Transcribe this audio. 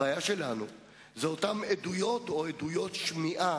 הבעיה שלנו היא אותן עדויות, או עדויות שמיעה,